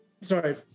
Sorry